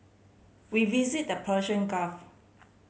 we visited the Persian Gulf